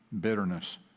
bitterness